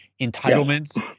entitlements